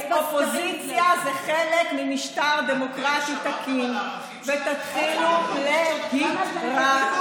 אופוזיציה זה חלק ממשטר דמוקרטי תקין ותתחילו להתרגל.